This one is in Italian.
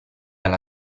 alla